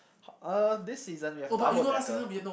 h~ uh this season we have double-decker